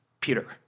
Peter